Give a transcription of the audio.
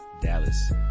Dallas